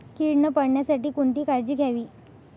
कीड न पडण्यासाठी कोणती काळजी घ्यावी?